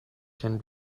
can